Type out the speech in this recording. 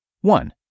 One